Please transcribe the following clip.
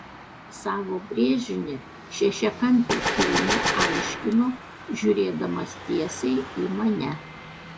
savo brėžinį šešiakampio kilmę aiškino žiūrėdamas tiesiai į mane